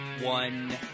one